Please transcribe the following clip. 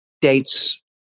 dates